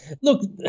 Look